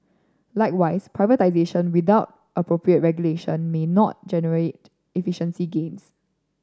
likewise privatisation without appropriate regulation may not generate efficiency gains